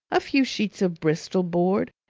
a few sheets of bristol-board,